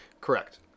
Correct